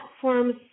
platforms